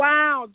Wow